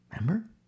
Remember